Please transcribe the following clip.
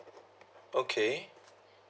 okay